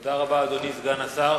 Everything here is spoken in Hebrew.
תודה רבה, אדוני סגן השר.